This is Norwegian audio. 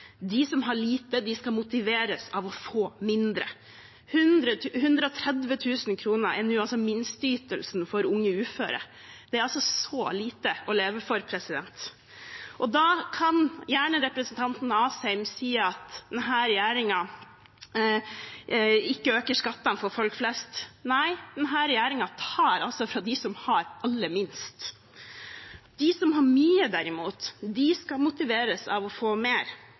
De som har lite, skal motiveres av å få mindre. 130 000 kr er nå minsteytelsen for unge uføre. Det er svært lite å leve av. Da kan gjerne representanten Asheim si at denne regjeringen ikke øker skattene for folk flest. Nei, men denne regjeringen tar fra dem som har aller minst. De som har mye, derimot, de skal motiveres av å få mer.